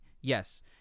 Yes